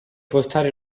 portare